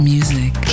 Music